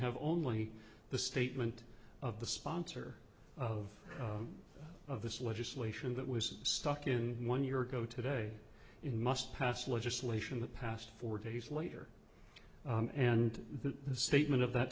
have only the statement of the sponsor of of this legislation that was stuck in one year ago today in must pass legislation that passed four days later and the statement of that